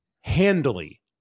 handily